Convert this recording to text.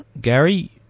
Gary